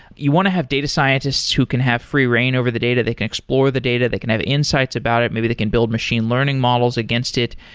you want to have data scientists who can have free rein over the data, they can explore the data they can have insights about it, maybe they can build machine learning models against it.